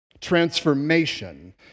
transformation